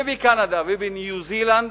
ובקנדה ובניו-זילנד,